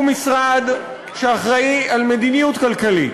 הוא משרד שאחראי למדיניות כלכלית.